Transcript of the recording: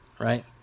right